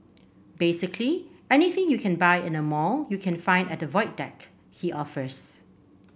basically anything you can buy in a mall you can find at the Void Deck he offers